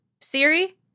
Siri